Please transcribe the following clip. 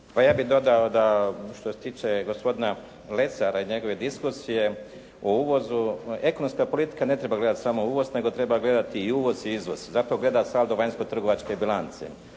Pa ja bih dodao da što se tiče gospodina Lesara i njegove diskusije o uvozu. Ekonomska politika ne treba gledati samo uvoz, nego treba gledati i uvoz i izvoz, zato gleda saldo vanjsko-trgovačke bilance.